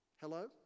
hello